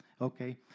Okay